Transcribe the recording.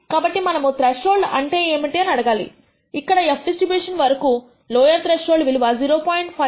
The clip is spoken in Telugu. కాబట్టి మనము త్రెష్హోల్డ్ అంటే ఏమిటి అని అడగాలి ఇక్కడ f డిస్ట్రిబ్యూషన్ వరకు లోయర్ త్రెష్హోల్డ్ విలువ 0